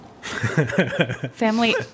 Family